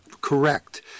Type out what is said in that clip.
correct